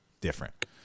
different